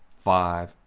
five,